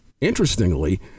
Interestingly